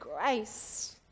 grace